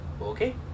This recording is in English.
Okay